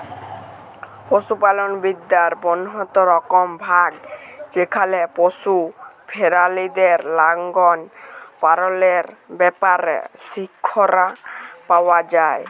পশুপালল বিদ্যার বহুত রকম ভাগ যেখালে পশু পেরালিদের লালল পাললের ব্যাপারে শিখ্খা পাউয়া যায়